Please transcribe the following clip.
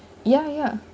ya ya